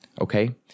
okay